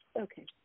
Okay